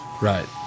Right